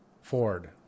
Ford